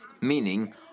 meaning